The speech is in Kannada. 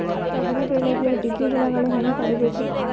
ತೊಗರಿ ಬೆಳೆಗೆ ಜಿಗಿ ಹುಳುಗಳು ಹ್ಯಾಂಗ್ ತಡೀಬೇಕು?